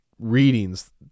readings